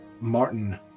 Martin